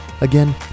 Again